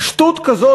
שטות כזאת,